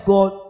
God